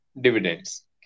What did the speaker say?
dividends